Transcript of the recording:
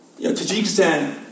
Tajikistan